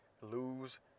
Lose